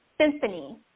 symphony